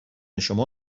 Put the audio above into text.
شما